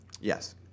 Yes